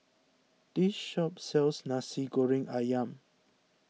this shop sells Nasi Goreng Ayam